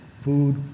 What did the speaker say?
food